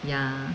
ya